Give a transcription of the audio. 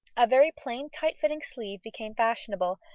a very plain tight-fitting sleeve became fashionable,